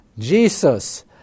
Jesus